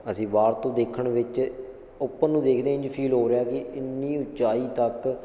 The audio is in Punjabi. ਅਸੀਂ ਬਾਹਰ ਤੋਂ ਦੇਖਣ ਵਿੱਚ ਉੱਪਰ ਨੂੰ ਦੇਖਦੇ ਇੰਝ ਫੀਲ ਹੋ ਰਿਹਾ ਕਿ ਇੰਨੀ ਉਚਾਈ ਤੱਕ